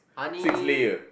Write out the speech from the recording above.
six layer